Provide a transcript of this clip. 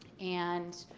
and